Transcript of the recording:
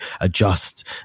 adjust